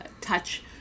touch